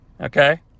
okay